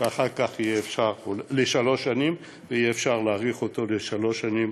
ואחר כך אפשר יהיה להאריך זאת בשלוש שנים.